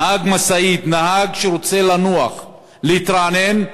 נהג משאית, נהג שרוצה לנוח, להתרענן,